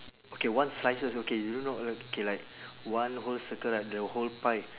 okay one slices okay you don't know like K like one whole circle right the whole pie